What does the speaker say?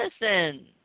listen